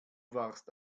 warst